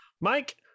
Mike